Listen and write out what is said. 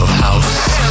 house